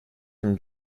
from